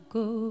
go